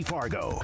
Fargo